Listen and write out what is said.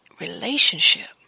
Relationship